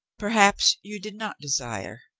perhaps you did not desire.